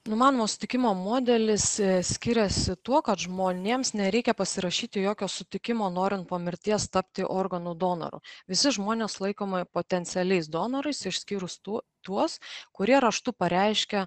numanomo sutikimo modelis skiriasi tuo kad žmonėms nereikia pasirašyti jokio sutikimo norint po mirties tapti organų donoru visi žmonės laikomi potencialiais donorais išskyrus tų tuos kurie raštu pareiškia